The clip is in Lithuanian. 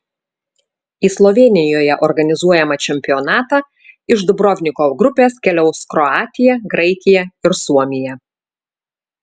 į slovėnijoje organizuojamą čempionatą iš dubrovniko grupės keliaus kroatija graikija ir suomija